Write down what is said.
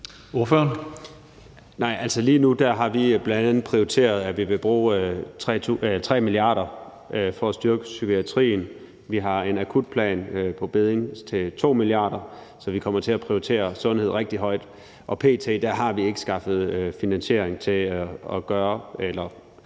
Lige nu har vi bl.a. prioriteret, at vi vil bruge 3 mia. kr. for at styrke psykiatrien. Vi har en akutplan på bedding til 2 mia. kr. Så vi kommer til at prioritere sundhed rigtig højt. Og p.t. har vi ikke skaffet finansiering til at fjerne